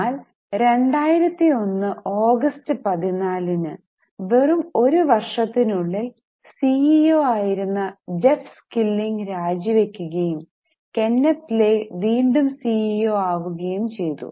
എന്നാൽ 2001 ആഗസ്റ്റ് 14നു വെറും ഒരു വർഷത്തിനുള്ളിൽ സി ഇ ഓ ആയിരുന്ന ജെഫ് സ്കില്ലിങ് രാജി വയ്ക്കുകയും കെന്നെത് ലെ വീണ്ടും സി ഇ ഓ ആവുകയും ചെയ്തു